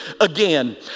again